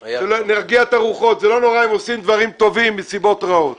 נרגיע את הרוחות זה לא נורא אם עושים דברים טובים מסיבות רעות.